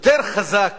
יותר חזק